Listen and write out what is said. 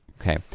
Okay